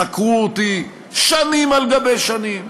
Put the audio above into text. חקרו אותי שנים על גבי שנים,